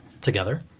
Together